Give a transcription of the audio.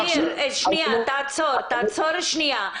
תעצור שנייה.